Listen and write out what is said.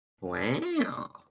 Wow